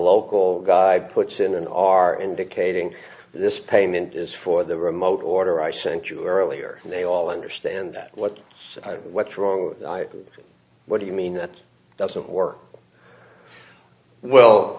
local guy puts in an r indicating this payment is for the remote order i sent you earlier and they all understand that what what's wrong with what do you mean it doesn't work well